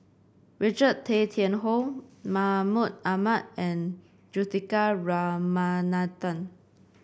Richard Tay Tian Hoe Mahmud Ahmad and Juthika Ramanathan